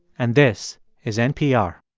and this is npr